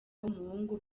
w’umuhungu